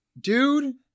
dude